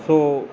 so